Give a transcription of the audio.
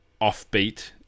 offbeat